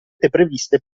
previste